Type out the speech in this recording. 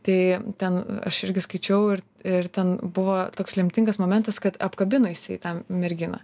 tai ten aš irgi skaičiau ir ir ten buvo toks lemtingas momentas kad apkabino jisai tą merginą